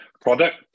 Product